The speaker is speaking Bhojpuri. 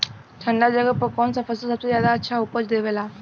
ठंढा जगह पर कौन सा फसल सबसे ज्यादा अच्छा उपज देवेला?